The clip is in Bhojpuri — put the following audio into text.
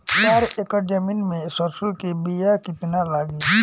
चार एकड़ जमीन में सरसों के बीया कितना लागी?